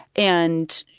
and,